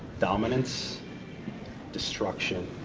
dominance destruction